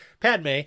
Padme